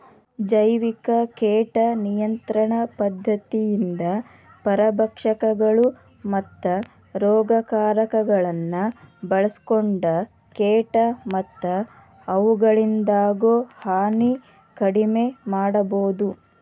ಜೈವಿಕ ಕೇಟ ನಿಯಂತ್ರಣ ಪದ್ಧತಿಯಿಂದ ಪರಭಕ್ಷಕಗಳು, ಮತ್ತ ರೋಗಕಾರಕಗಳನ್ನ ಬಳ್ಸಿಕೊಂಡ ಕೇಟ ಮತ್ತ ಅವುಗಳಿಂದಾಗೋ ಹಾನಿ ಕಡಿಮೆ ಮಾಡಬೋದು